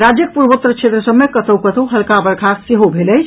राज्यक पूर्वोत्तर क्षेत्र सभ मे कतहु कतहु हल्का वर्षा सेहो भेल अछि